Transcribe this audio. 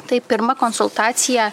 tai pirma konsultacija